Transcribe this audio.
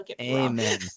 Amen